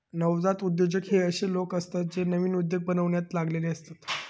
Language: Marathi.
नवजात उद्योजक हे अशे लोक असतत जे नवीन उद्योग बनवण्यात लागलेले असतत